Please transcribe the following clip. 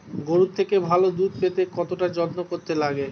গরুর থেকে ভালো দুধ পেতে কতটা যত্ন করতে লাগে